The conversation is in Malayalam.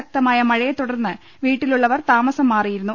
ശക്തമായ മഴയെ തുടർന്ന് വീട്ടിലുള്ളവർ താമസം മാറിയിരുന്നു